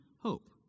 hope